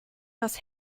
das